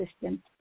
System